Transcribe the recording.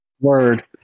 word